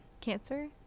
cancer